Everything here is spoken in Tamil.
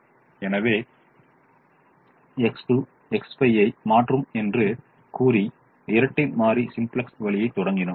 எனவே X2 X5 ஐ மாற்றும் என்று கூறி இரட்டை மாறி சிம்ப்ளக்ஸ் வழியைத் தொடங்கினோம்